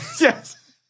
Yes